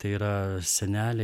tai yra seneliai